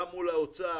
גם מול האוצר,